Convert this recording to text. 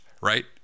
right